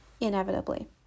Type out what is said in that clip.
inevitably